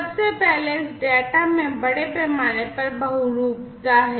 सबसे पहले इस डेटा में बड़े पैमाने पर बहुरूपता है